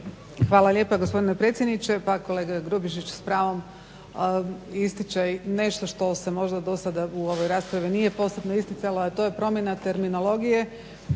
Hvala lijepa gospodine predsjedniče. Pa kolega Grubišić s pravom ističe nešto što se možda do sada u ovoj raspravi nije posebno isticalo, a to je promjena terminologije,